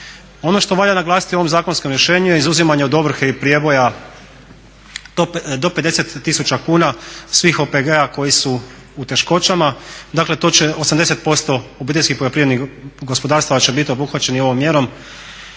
Ono što valja naglasiti u ovom zakonskom rješenju je izuzimanje od ovrhe i prijeboja do 50 tisuća kuna svih OPG-a koji su u teškoćama, dakle to će 80% obiteljskih poljoprivrednih gospodarstava će biti obuhvaćeni ovom mjerom